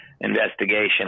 investigation